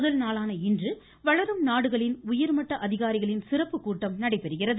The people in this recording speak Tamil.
முதல் நாளான இன்று வளரும் நாடுகளின் உயர் மட்ட அதிகாரிகளின் சிறப்பு கூட்டம் நடைபெறுகிறது